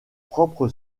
propre